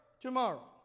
tomorrow